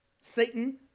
Satan